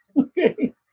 okay